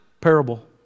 Parable